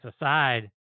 aside